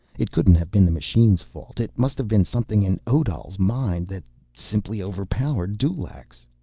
it couldn't have been the machine's fault it must have been something in odal's mind that simply overpowered dulaq's.